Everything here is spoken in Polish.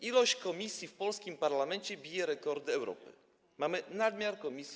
Ilość komisji w polskim parlamencie bije rekordy Europy, mamy nadmiar komisji.